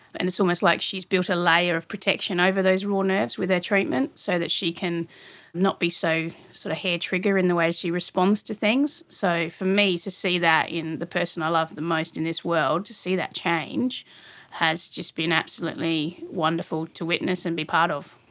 and it's almost like she's built a layer of protection over those raw nerves with her ah treatment so that she can not be so sort of hair-trigger in the way she responds to things. so for me to see that in the person i love the most in this world, to see that change has just been absolutely wonderful to witness and be part of.